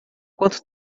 quanto